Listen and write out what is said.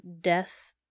death